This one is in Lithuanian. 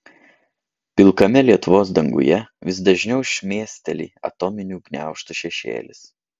pilkame lietuvos danguje vis dažniau šmėsteli atominių gniaužtų šešėlis